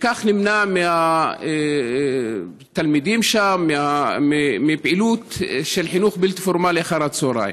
וכך נמנעת מתלמידים שם פעילות של חינוך בלתי פורמלי אחר הצוהריים.